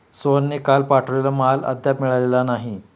सोहनने काल पाठवलेला माल अद्याप मिळालेला नाही